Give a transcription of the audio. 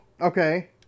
Okay